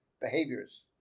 behaviors